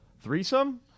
Threesome